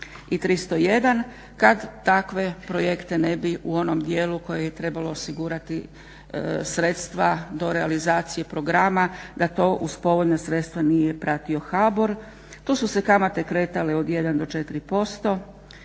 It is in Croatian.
i 301 kad takve projekte ne bi u onom dijelu koji je trebalo osigurati sredstva do realizacije programa da to uz povoljna sredstva nije pratio HBOR. Tu su se kamate kretale od 1 do 4%,